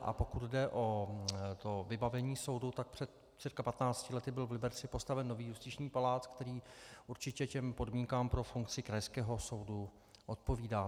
A pokud jde o vybavení soudu, tak před cca 15 lety byl v Liberci postaven nový justiční palác, který určitě podmínkám pro funkci krajského soudu odpovídá.